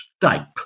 type